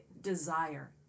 desire